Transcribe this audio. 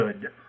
good